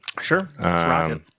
Sure